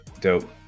dope